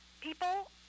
people